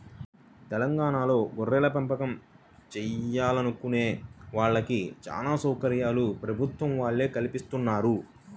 తెలంగాణాలో గొర్రెలపెంపకం చేయాలనుకునే వాళ్ళకి చానా సౌకర్యాలు ప్రభుత్వం వాళ్ళే కల్పిత్తన్నారు